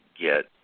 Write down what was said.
get